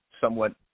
somewhat